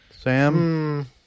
Sam